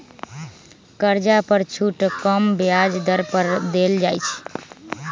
कर्जा पर छुट कम ब्याज दर पर देल जाइ छइ